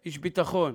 איש ביטחון,